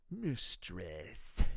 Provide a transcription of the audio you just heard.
mistress